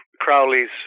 Crowley's